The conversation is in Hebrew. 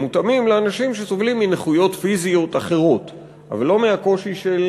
הם מותאמים לאנשים שסובלים מנכויות פיזיות אחרות אבל לא מהקושי של